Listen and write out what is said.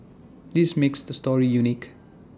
this makes the story unique